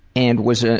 and was ah